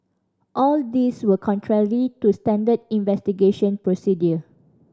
all these were contrarily to standard investigation procedure